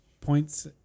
points